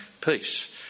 peace